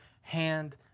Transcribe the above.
hand